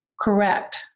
Correct